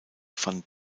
van